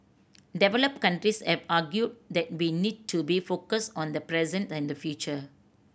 developed countries have argued that we need to be focused on the present and the future